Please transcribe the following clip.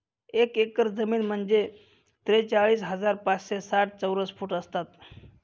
एक एकर जमीन म्हणजे त्रेचाळीस हजार पाचशे साठ चौरस फूट असतात